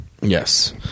Yes